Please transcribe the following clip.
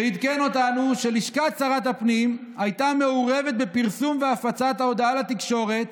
ועדכן אותנו שלשכת שר הפנים הייתה מעורבת בפרסום והפצת ההודעה לתקשורת,